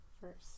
first